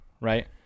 right